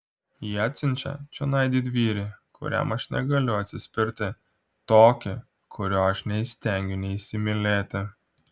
jie atsiunčia čionai didvyrį kuriam aš negaliu atsispirti tokį kurio aš neįstengiu neįsimylėti